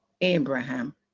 abraham